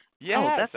Yes